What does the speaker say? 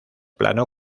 plano